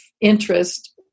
interest